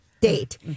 date